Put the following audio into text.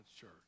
church